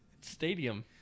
stadium